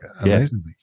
amazingly